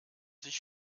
sich